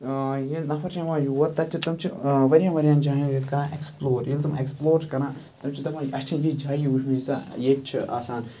ییٚلہِ نَفَر چھِ یِوان یور تَتہِ چھِ تِم چھِ واریاہ واریاہَن جایَن ییٚتہِ کَران ایٚکسپلور ییٚلہِ تِم ایٚکسپلور چھِ کَران تِم چھِ دَپان اَسہِ چھِنہٕ یِم جایہِ وٕچھمٕتۍ ییٖژا ییٚتہِ چھِ آسان